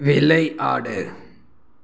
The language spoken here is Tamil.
விளையாடு